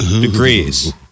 degrees